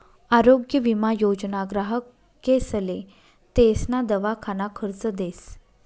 आरोग्य विमा योजना ग्राहकेसले तेसना दवाखाना खर्च देस